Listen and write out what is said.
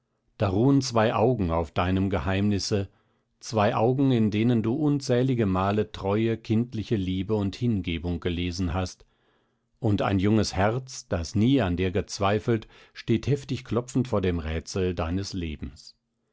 da ruhen zwei augen auf deinem geheimnisse zwei augen in denen du unzähligemal treue kindliche liebe und hingebung gelesen hast und ein junges herz das nie an dir gezweifelt steht heftig klopfend vor dem rätsel deines lebens